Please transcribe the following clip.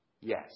Yes